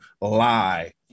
lie